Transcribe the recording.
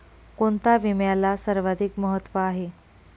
कोणता विम्याला सर्वाधिक महत्व आहे?